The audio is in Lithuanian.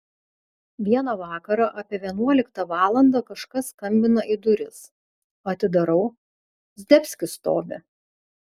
vieną vakarą apie vienuoliktą valandą kažkas skambina į duris atidarau zdebskis stovi